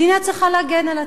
מדינה צריכה להגן על עצמה,